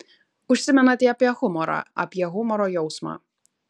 užsimenate apie humorą apie humoro jausmą